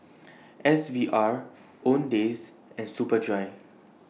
S V R Owndays and Superdry